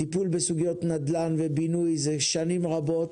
הטיפול בסוגיות נדל"ן ובינוי לוקח שנים ארוכות.